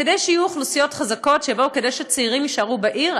כדי שיהיו אוכלוסיות חזקות וכדי שצעירים יישארו בעיר,